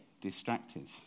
distracted